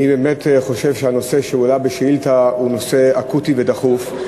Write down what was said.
אני באמת חושב שהנושא שהועלה בשאילתה הוא נושא אקוטי ודחוף.